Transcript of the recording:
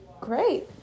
great